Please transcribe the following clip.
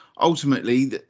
Ultimately